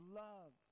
love